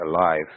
alive